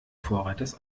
vorreiters